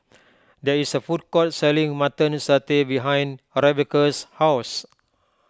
there is a food court selling Mutton Satay behind Rebecca's house